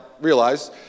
realize